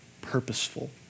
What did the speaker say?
purposeful